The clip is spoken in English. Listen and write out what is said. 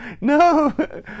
no